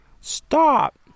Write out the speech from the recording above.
Stop